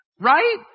right